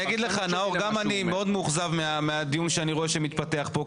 גם אני מאוד מאוכזב מהדיון שמתפתח פה.